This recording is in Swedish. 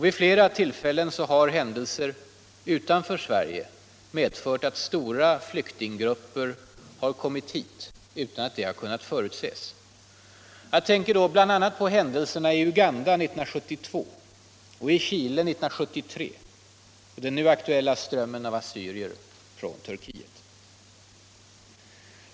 Vid flera tillfällen har händelser utanför Sverige medfört att stora flyktinggrupper har kommit hit utan att detta kunnat förutses. Jag tänker då bl.a. på händelserna i Uganda 1972 och Chile 1973 och den nu aktuella strömmen av assyrier från Turkiet.